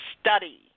study